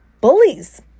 bullies